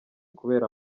kubera